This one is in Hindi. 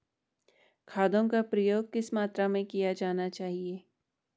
खादों का प्रयोग किस मात्रा में किया जाना चाहिए?